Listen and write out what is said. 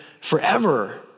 forever